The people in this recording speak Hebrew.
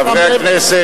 אני פשוט לא יכול,